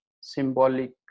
symbolic